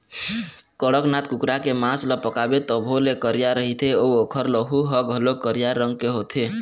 कड़कनाथ कुकरा के मांस ल पकाबे तभो ले करिया रहिथे अउ ओखर लहू ह घलोक करिया रंग के होथे